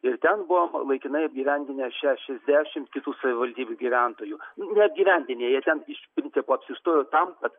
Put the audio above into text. ir ten buvom laikinai apgyvendinę šešiasdešimt kitų savivaldybių gyventojų neapgyvendinę jie ten iš principo apsistojo tam kad